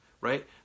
right